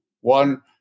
One